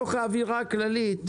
באווירה הזו,